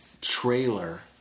trailer